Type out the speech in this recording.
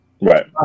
Right